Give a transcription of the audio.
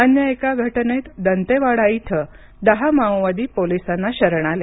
अन्य एका घटनेत दंतेवाडा इथं दहा माओवादी पोलिसांना शरण आले